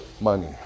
money